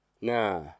Nah